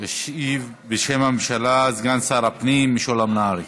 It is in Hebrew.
ישיב בשם הממשלה סגן שר הפנים משולם נהרי.